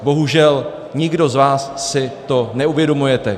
Bohužel, nikdo z vás si to neuvědomujete.